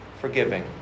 forgiving